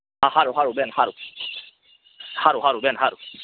હા હારું હારું બેન હા હારું હારું હારું બેન હારું